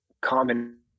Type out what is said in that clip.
common